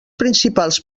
principals